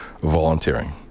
volunteering